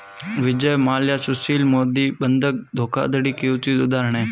विजय माल्या सुशील मोदी बंधक धोखाधड़ी के उचित उदाहरण है